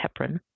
heparin